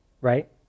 right